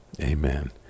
Amen